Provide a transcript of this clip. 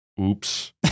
Oops